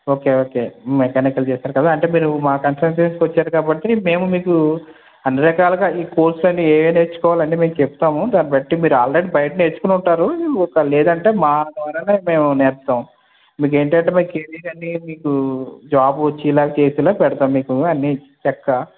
okay okay mechanical చేసారు కదా అంటే మీరు మా కన్సల్టెన్సీకి వచ్చారు కాబట్టి మేము మీకు అన్ని రకాలుగా ఈ కోర్సులు అని ఏమి ఏమి నేర్చుకోవాలి అన్నీ మేము చెప్తాము దాన్నిబట్టి మీరు ఆల్రెడీ బయట నేర్చుకుని ఉంటారు ఒక లేదు అంటే మా ద్వారానే మేము నేర్పుతాము మీకు ఏంటంటే మీ కెరీర్ అని మీకు జాబ్ వచ్చేలా చేసిపెడతాము అన్ని చక్కగా